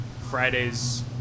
Friday's